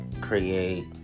create